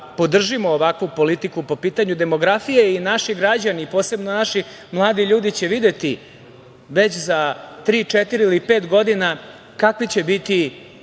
podržimo ovakvu politiku po pitanju demografije i naši građani, posebno naši mladi ljudi će videti već za tri, četiri ili pet godina kakvi će biti